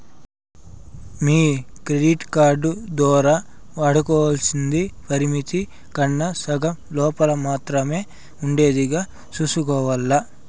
మీ credit card దోరా వాడుకోవల్సింది పరిమితి కన్నా సగం లోపల మాత్రమే ఉండేదిగా సూసుకోవాల్ల